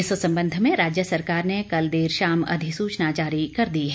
इस सबंध में राज्य सरकार ने कल देर शाम अधिसूचना जारी कर दी है